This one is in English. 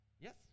Yes